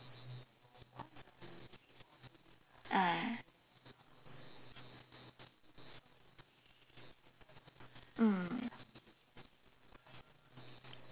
ah mm